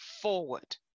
forward